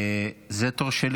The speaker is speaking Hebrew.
זה התור שלי.